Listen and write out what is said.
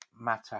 matter